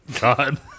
God